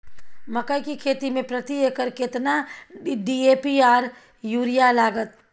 मकई की खेती में प्रति एकर केतना डी.ए.पी आर यूरिया लागत?